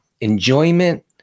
enjoyment